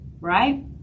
right